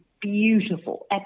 Beautiful